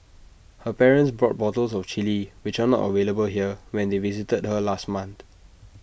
her parents brought bottles of Chilli which are not available here when they visited her last month